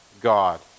God